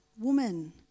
woman